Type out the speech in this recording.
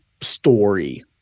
story